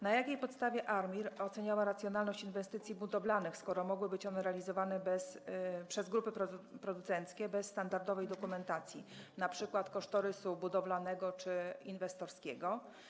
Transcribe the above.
Na jakiej podstawie ARMiR oceniała racjonalność inwestycji budowlanych, skoro mogły być one realizowane przez grupy producenckie bez standardowej dokumentacji, np. kosztorysu budowlanego czy inwestowskiego?